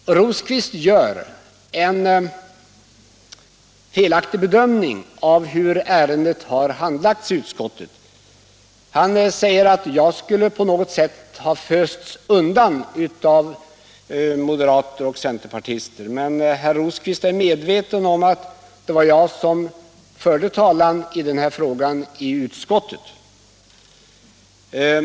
Herr Rosqvist gör en felaktig bedömning av hur ärendet har handlagts i utskottet. Han säger att jag skulle på något sätt ha fösts undan av moderater och centerpartister, men herr Rosqvist är medveten om att det var jag som förde talan i den här frågan i utskottet.